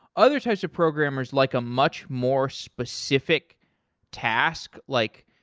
other types of programmers like a much more specific task, like,